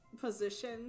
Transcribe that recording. position